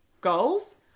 goals